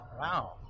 wow